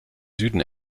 süden